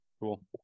Cool